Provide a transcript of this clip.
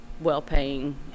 well-paying